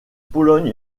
pologne